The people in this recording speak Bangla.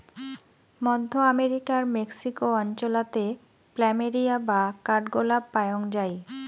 মধ্য আমেরিকার মেক্সিকো অঞ্চলাতে প্ল্যামেরিয়া বা কাঠগোলাপ পায়ং যাই